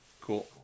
Cool